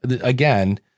again